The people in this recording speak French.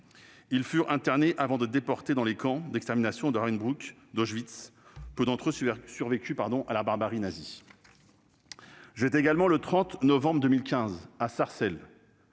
le 15 septembre 1942, avant d'être déportés dans les camps d'extermination de Ravensbrück et d'Auschwitz. Peu d'entre eux survécurent à la barbarie nazie. J'étais également, le 30 novembre 2015, à Sarcelles,